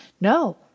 no